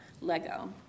Lego